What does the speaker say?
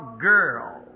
girl